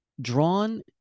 drawn